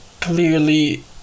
clearly